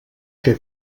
què